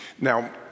Now